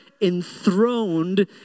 enthroned